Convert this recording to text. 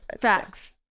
Facts